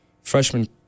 freshman